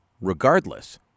Regardless